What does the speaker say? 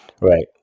Right